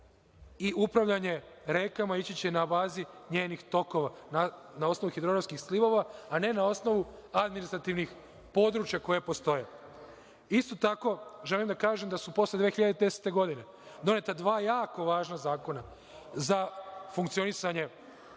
i upravljanje rekama ići će na bazi njenih tokova, na osnovu hidrografskim slivova, a ne na osnovu administrativnih područja koja postoje. Isto tako, želim da kažem da su posle 2010. godine doneta dva jako važna zakona za funkcionisanje